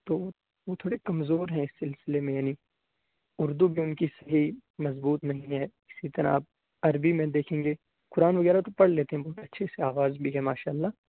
تو وہ وہ تھوڑے کمزور ہیں اس سلسلے میں یعنی اردو بھی ان کی صحیح مضبوط نہیں ہے اسی طرح آپ عربی میں دیکھیں گے قرآن وغیرہ تو پڑھ لیتے ہیں بہت اچھے سے آواز بھی ہے ماشاء اللہ